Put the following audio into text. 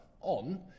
on